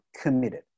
committed